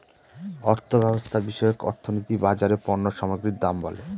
অর্থব্যবস্থা বিষয়ক অর্থনীতি বাজারে পণ্য সামগ্রীর দাম বলে